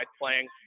playing